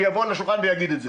שיבוא לשולחן ויגיד את זה.